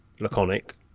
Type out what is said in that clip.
Laconic